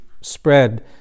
spread